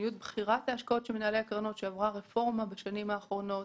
מדיניות בחירת ההשקעות של מנהלי הקרנות עברה רפורמה בשנים האחרונות,